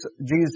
Jesus